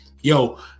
yo